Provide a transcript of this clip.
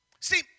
See